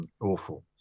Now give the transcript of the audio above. awful